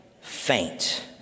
faint